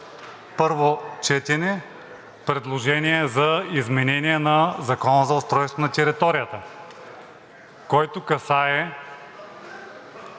първо четене предложение за изменение на Закона за устройството на територията, който касае